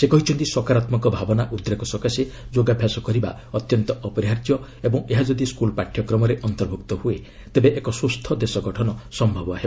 ସେ କହିଛନ୍ତି ସକାରାତ୍ମକ ଭାବନା ଉଦ୍ରେକ ସକାଶେ ଯୋଗାଭ୍ୟାସ କରିବା ଅତ୍ୟନ୍ତ ଅପରିହାର୍ଯ୍ୟ ଏବଂ ଏହା ଯଦି ସ୍କୁଲ୍ ପାଠ୍ୟକ୍ରମରେ ଅନ୍ତର୍ଭୁକ୍ତ ହୁଏ ତେବେ ଏକ ସୁସ୍ଥ ଦେଶଗଠନ ସମ୍ଭବ ହେବ